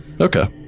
Okay